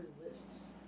lists